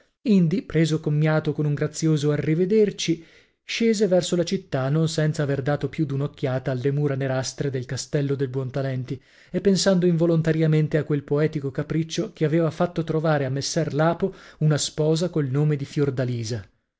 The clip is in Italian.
indi preso commiato con un grazioso arrivederci scese verso la città non senza aver dato più d'una occhiata alle mura nerastre del castello del buontalenti e pensando involontariamente a quel poetico capriccio che aveva fatto trovare a messer lapo una sposa col nome di fiordalisa